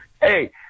hey